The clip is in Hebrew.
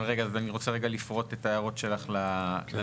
אני רוצה רגע לפרוט את ההערות שלך לנוסח.